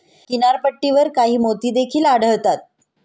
किनारपट्टीवर काही मोती देखील आढळतात